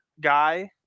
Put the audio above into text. guy